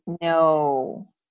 No